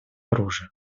оружия